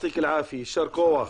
יישר כוח